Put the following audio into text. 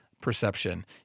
perception